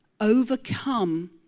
overcome